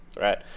right